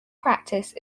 practice